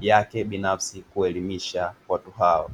yake binafsi kuelimisha watu hao.